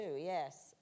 yes